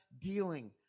dealing